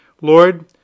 Lord